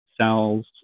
cells